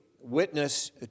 witness